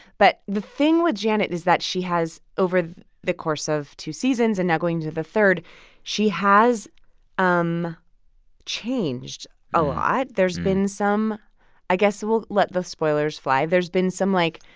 but the thing with janet is that she has, over the the course of two seasons and now going into the third she has um changed a lot. there's been some i guess we'll let the spoilers fly. there's been some, like,